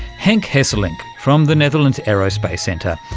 henk hesselink from the netherlands aerospace centre.